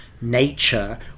nature